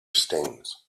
stings